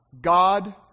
God